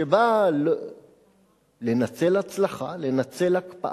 שבא לנצל הצלחה, לנצל הקפאה,